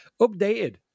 updated